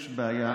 יש בעיה,